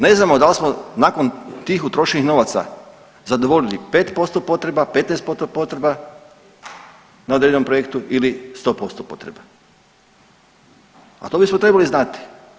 Ne znamo da li smo nakon tih utrošenih novaca zadovoljili 5% potreba, 15% potreba, na određenom projektu ili 100% potreba, a to bismo trebali znati.